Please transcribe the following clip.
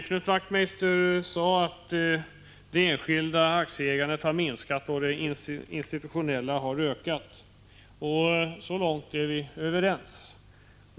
Knut Wachtmeister sade att det enskilda aktieägandet har minskat och att det institutionella har ökat. Så långt är vi överens.